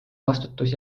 vastutus